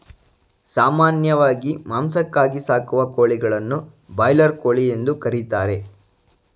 ಸಾಮಾನ್ಯವಾಗಿ ಮಾಂಸಕ್ಕಾಗಿ ಸಾಕುವ ಕೋಳಿಗಳನ್ನು ಬ್ರಾಯ್ಲರ್ ಕೋಳಿ ಎಂದು ಕರಿತಾರೆ